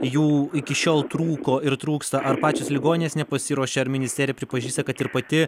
jų iki šiol trūko ir trūksta ar pačios ligoninės nepasiruošė ar ministerija pripažįsta kad ir pati